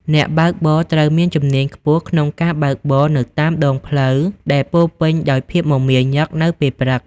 អ្នកបើកបរ ត្រូវមានជំនាញខ្ពស់ក្នុងការបើកបរនៅតាមដងផ្លូវដែលពោរពេញដោយភាពមមាញឹកនៅពេលព្រឹក។